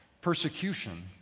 persecution